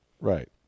Right